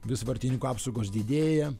vis vartininkų apsaugos didėja